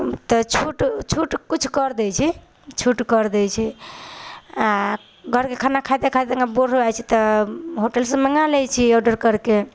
तऽ छूट किछु करि दै छै छूट करि दै छै आ घरके खाना खाइते खाइते बोर भऽ जाइ छी तऽ होटलसँ मङ्गा लै छी ऑर्डर कैरिके